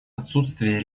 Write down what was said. отсутствие